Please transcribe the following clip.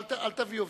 אל תביא עובדים,